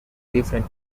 different